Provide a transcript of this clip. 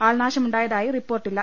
ആൾനാശമുണ്ടായതായി റിപ്പോർട്ടില്ല